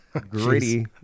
Gritty